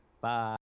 bye